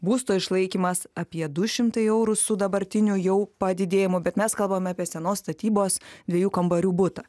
būsto išlaikymas apie du šimtai eurų su dabartiniu jau padidėjimu bet mes kalbame apie senos statybos dviejų kambarių butą